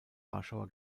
warschauer